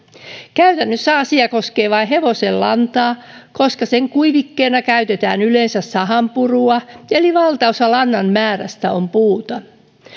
käytännössä asia koskee vain hevosenlantaa koska sen kuivikkeena käytetään yleensä sahanpurua eli valtaosa lannan määrästä on puuta